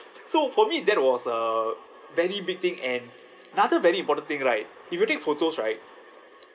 so for me that was a very big thing and another very important thing right if you take photos right